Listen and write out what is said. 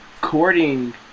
courting